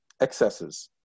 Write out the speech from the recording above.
excesses